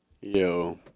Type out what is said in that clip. Yo